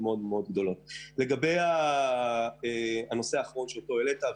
לגבי הנושא האחרון שהעלית.